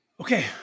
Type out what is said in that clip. Okay